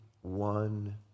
one